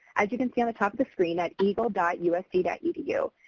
as you can see on the top of the screen at eagle dot usc dot edu.